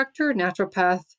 naturopath